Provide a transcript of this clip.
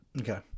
Okay